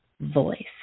voice